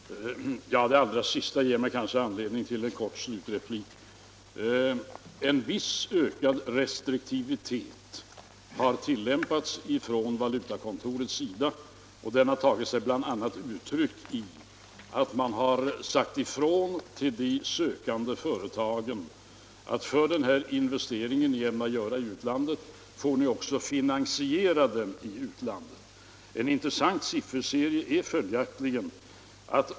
Herr talman! Det sista som herr Hermansson sade ger mig anledning till en kort slutreplik. En något ökad restriktivitet har tillämpats av valutakontoret. Den har bl.a. tagit sig uttryck i att man sagt till de sökande företagen att den investering ni ämnar göra i utlandet får ni också finansiera i utlandet. En intressant sifferserie är följande.